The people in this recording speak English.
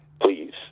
Please